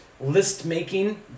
list-making